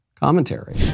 commentary